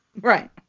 Right